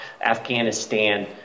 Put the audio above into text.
Afghanistan